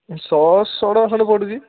ଶହେ ଟଙ୍କା ଖଣ୍ଡେ ପଡ଼ୁଛି